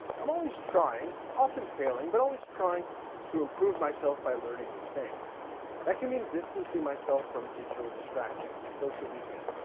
i'm always trying, often failing, but always trying to improve myself by learning new things. and that can mean distancing myself from digital distractions, social media.